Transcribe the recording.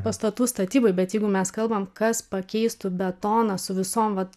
pastatų statybai bet jeigu mes kalbam kas pakeistų betoną su visom vat